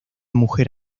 mujer